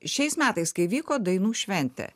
šiais metais kai vyko dainų šventė